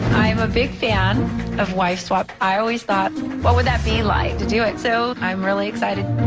i am a big fan of wife swap. i always thought what would that be like to do it so i'm really excited.